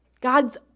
God's